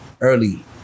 early